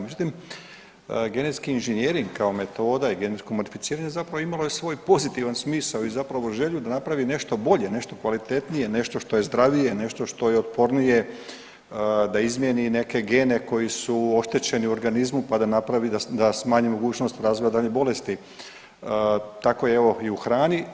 Međutim, genetski inženjering kao metoda i genetsko modificiranje zapravo imalo je svoj pozitivan smisao i zapravo želju da napravi nešto bolje, nešto kvalitetnije, nešto što je zdravije, nešto što je otpornije, da izmijeni neke gene koji su oštećeni u organizmu, pa da napravi da smanji mogućnost razvoja daljnjih bolesti, tako je evo i u hrani.